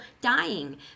dying